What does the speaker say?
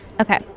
Okay